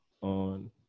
on